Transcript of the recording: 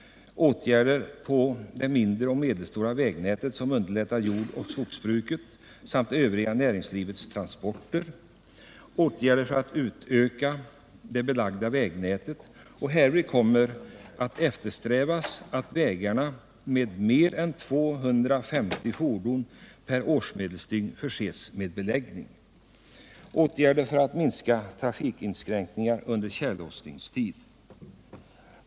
Åtgärder på det mindre och medelstora vägnätet som underlättar jordoch skogsbrukets samt det övriga näringslivets transporter. Åtgärder för att utöka det belagda vägnätet. Härvid kommer att eftersträvas att vägar med mer än 250 fordon per årsmedeldygn förses med beläggning.